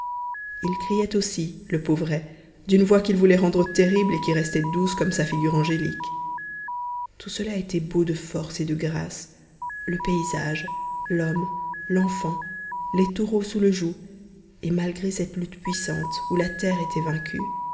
il criait aussi le pauvret d'une voix qu'il voulait rendre terrible et qui restait douce comme sa figure angélique tout cela était beau de force ou de grâce le paysage l'homme l'enfant les taureaux sous le joug et malgré cette lutte puissante où la terre était vaincue